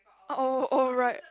oh oh right